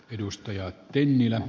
arvoisa puhemies